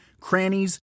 crannies